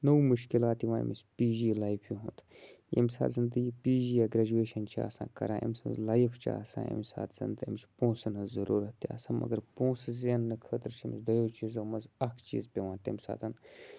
نوٚو مُشکلات یِوان أمِس پی جی لایفہِ ہُنٛد ییٚمہِ ساتہٕ زَنہٕ تہِ یہِ پی جی یا گرٛٮ۪جویشَن چھِ آسان کَران أمۍ سٕنٛز لایف چھِ آسان اَمہِ ساتہٕ زَن تہٕ أمِس چھِ پونٛسَن ہٕںٛز ضٔروٗرت تہِ آسان مگر پونٛسہٕ زیننہٕ خٲطرٕ چھِ أمِس دۄیَو چیٖزو منٛز اَکھ چیٖز پٮ۪وان تَمہِ ساتہٕ